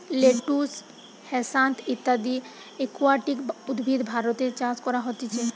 lettuce, hyacinth ইত্যদি aquatic উদ্ভিদ ভারতে চাষ করা হতিছে